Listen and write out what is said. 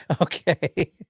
okay